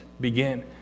begin